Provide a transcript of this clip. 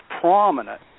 prominent